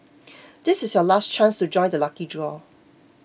this is your last chance to join the lucky draw